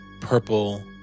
purple